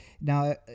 now